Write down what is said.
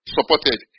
supported